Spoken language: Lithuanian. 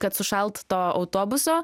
kad sušalt to autobuso